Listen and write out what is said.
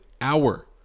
hour